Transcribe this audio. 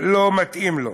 מתאים לו.